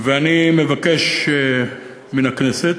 ואני מבקש מהכנסת